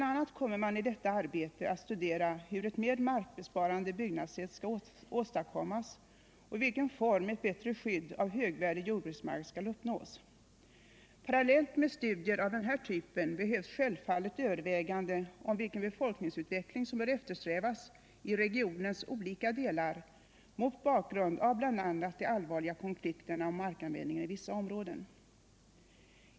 a. kommer man i detta arbete att studera hur ett mer markbesparande byggnadssätt skall åstadkommas och i vilken form ett bättre skydd av högvärdig jordbruksmark skall uppnås. Parallellt med studier av den här typen behövs självfallet överväganden om vilken befolkningsutveckling som bör eftersträvas i regionens olika delar mot bakgrund av bl.a. de allvarliga konflikterna om markanvändningen i vissa områden.